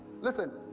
Listen